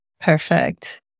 Perfect